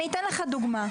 אני אתן לך דוגמה: